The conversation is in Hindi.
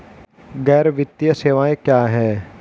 गैर वित्तीय सेवाएं क्या हैं?